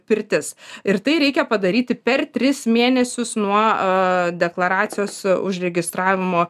pirtis ir tai reikia padaryti per tris mėnesius nuo deklaracijos užregistravimo